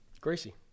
Gracie